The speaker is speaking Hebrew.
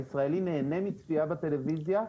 הישראלי נהנה מצפייה בטלוויזיה.